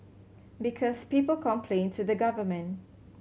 because people complain to the government